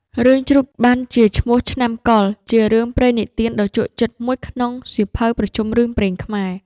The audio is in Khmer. រឿងជ្រូកបានជាឈ្មោះឆ្នាំកុរ ជារឿងព្រេងនិទានដ៏ជក់ចិត្តមួយក្នុងសៀវភៅប្រជុំរឿងព្រេងខ្មែរ ។